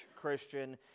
Christian